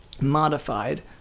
modified